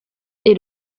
est